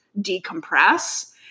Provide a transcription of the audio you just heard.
decompress